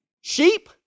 sheep